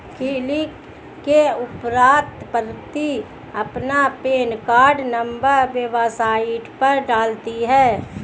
click के उपरांत प्रीति अपना पेन कार्ड नंबर वेबसाइट पर डालती है